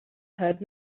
heard